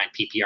PPR